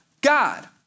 God